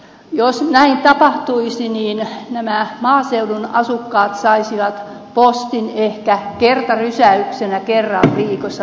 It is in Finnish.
jos näin tapahtuisi niin nämä maaseudun asukkaat saisivat postinsa ehkä kertarysäyksenä kerran viikossa